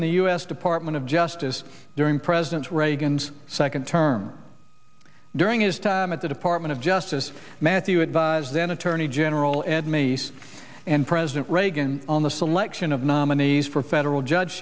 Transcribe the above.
in the u s department of justice during president reagan's second term during his time at the department of justice matthew advised then attorney general ed meese and president reagan on the selection of nominees for federal judge